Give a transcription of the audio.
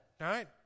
right